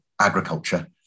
agriculture